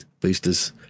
boosters